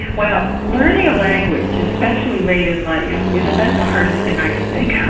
well learning a language, especially late in life, is about the hardest thing i can think